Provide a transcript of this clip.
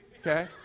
Okay